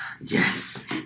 yes